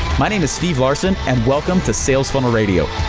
my name is steve larsen and welcome to sales funnel radio.